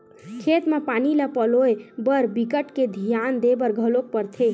खेत म पानी ल पलोए बर बिकट के धियान देबर घलोक परथे